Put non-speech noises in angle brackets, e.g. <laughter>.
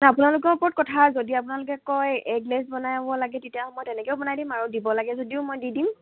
<unintelligible> আপোনালোকৰ ওপৰত কথা যদি আপোনালোকে কয় এগ লেচ্ছ বনাই <unintelligible> লাগে তেতিয়া মই তেনেকেও বনাই দিম আৰু দিব লাগে যদিও মই দি দিম